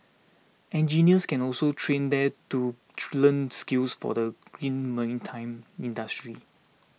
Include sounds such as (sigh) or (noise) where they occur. engineers can also train there to (noise) learn skills for the green maritime industry